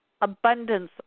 Abundance